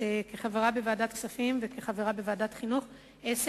שכחברה בוועדת הכספים וכחברה בוועדת החינוך אעשה